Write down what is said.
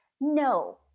no